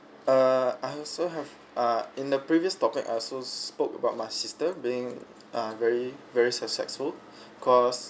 err I also have err in the previous topic I also spoke about my system being a very very successful cause